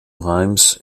reims